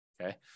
Okay